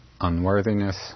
unworthiness